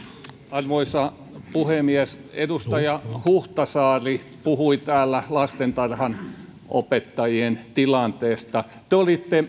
arvoisa puhemies edustaja huhtasaari puhui täällä lastentarhanopettajien tilanteesta te olitte